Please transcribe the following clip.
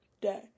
day